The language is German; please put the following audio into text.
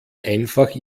einfach